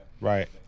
Right